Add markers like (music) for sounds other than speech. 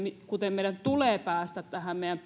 kuten meidän tulee päästä tälle meidän (unintelligible)